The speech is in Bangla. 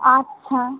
আচ্ছা